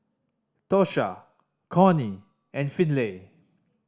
Tosha Cornie and Finley